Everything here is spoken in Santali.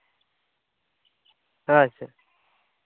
ᱟᱪᱪᱷᱟ